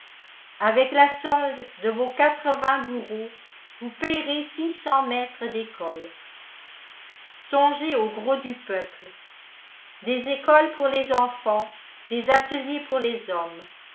avec la solde de vos quatre-vingts bourreaux vous payerez six cents maîtres d'école songez au gros du peuple des écoles pour les enfants des ateliers pour les hommes